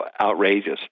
outrageous